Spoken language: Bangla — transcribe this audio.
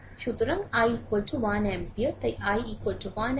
সুতরাং i 1 অ্যাম্পিয়ার তাই i 1 অ্যাম্পিয়ার